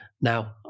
Now